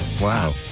Wow